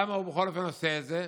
למה הוא בכל אופן עושה את זה?